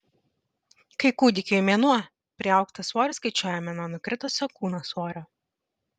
kai kūdikiui mėnuo priaugtą svorį skaičiuojame nuo nukritusio kūno svorio